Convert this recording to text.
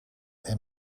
hem